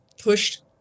pushed